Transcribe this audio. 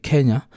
Kenya